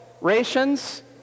rations